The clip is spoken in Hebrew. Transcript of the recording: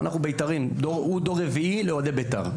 הוא דור רביעי לאוהדי בית"ר.